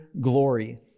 glory